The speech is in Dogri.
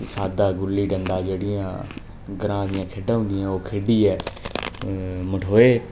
सादा गुल्ली डंडा जेह्ड़ियां ग्रांऽ दियां खेढां होंदियां ओह् खेढियै मठोऐ